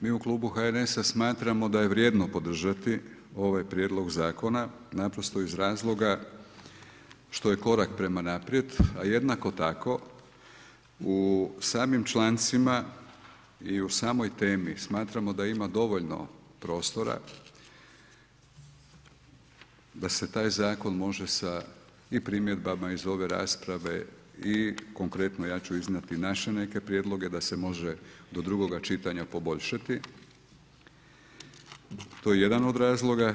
Mi u klubu HNS-a smatramo da je vrijedno podržati ovaj prijedlog zakona naprosto iz razloga što je korak prema naprijed, a jednako tako u samim člancima i u samoj temi smatramo da ima dovoljno prostora da se taj zakon može sa i primjedbama sa ove rasprave i konkretno ja ću iznijeti naše neke prijedloge da se može do drugoga čitanja poboljšati, to je jedan od razloga.